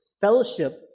Fellowship